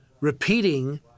repeating